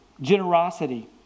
generosity